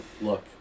look